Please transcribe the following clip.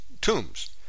tombs